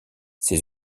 ces